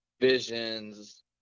visions